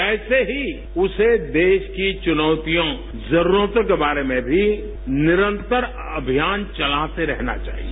वैसे ही उसे देश की चुनौतियाँ जरूरतों के बारे में मी निरंतर अभियान चलाते रहना चाहिए